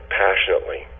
passionately